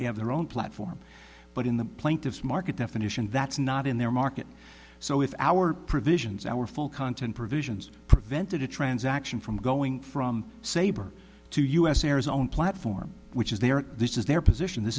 have their own platform but in the plaintiff's market definition that's not in their market so if our provisions our full content provisions prevented a transaction from going from saber to us air's own platform which is they are this is their position